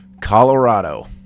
Colorado